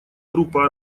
группа